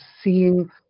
seeing